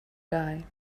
die